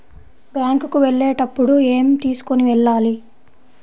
Bank కు వెళ్ళేటప్పుడు ఏమి తీసుకొని వెళ్ళాలి?